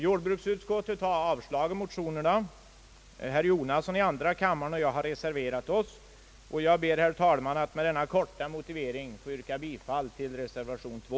Jordbruksutskottet har avstyrkt motionerna, och herr Jonasson i andra kammaren och jag har reserverat oss. Jag ber, herr talman, med denna korta motivering att få yrka bifall till reservationen.